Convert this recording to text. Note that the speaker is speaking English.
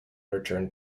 returned